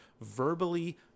verbally